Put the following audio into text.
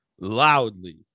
loudly